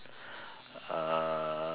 uh